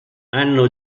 hanno